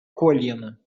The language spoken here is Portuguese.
colina